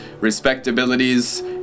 respectabilities